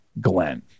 Glenn